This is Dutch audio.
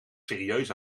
serieus